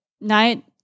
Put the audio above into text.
night